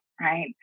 right